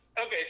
okay